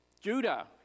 Judah